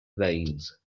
veins